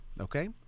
okay